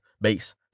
base